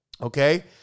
Okay